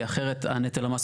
כי אחרת נטל המס,